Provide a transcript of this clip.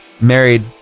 married